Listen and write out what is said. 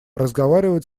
разговаривать